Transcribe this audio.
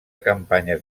campanyes